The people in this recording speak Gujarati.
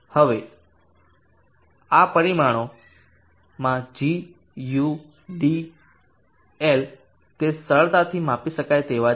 હવે આ બધા પરિમાણોમાં gudL તે સરળતાથી માપી શકાય તેવા છે